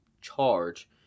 charge